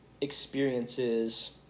experiences